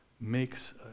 makes